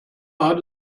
hat